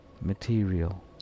material